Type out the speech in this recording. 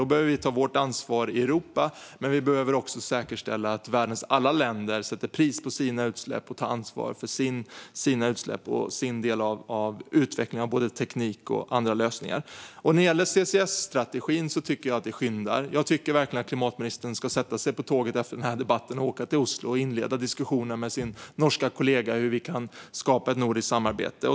Då behöver vi ta vårt ansvar i Europa, men vi behöver också säkerställa att världens alla länder sätter pris på sina utsläpp och tar ansvar för sina utsläpp och sin del av utvecklingen av både teknik och andra lösningar. När det gäller CCS-strategin tycker jag att det skyndar. Jag tycker verkligen att klimatministern ska sätta sig på tåget efter den här debatten och åka till Oslo för att inleda diskussioner med sin norska kollega om hur vi kan skapa ett nordiskt samarbete.